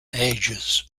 ages